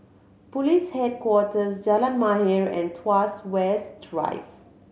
Police Headquarters Jalan Mahir and Tuas West Drive